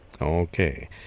Okay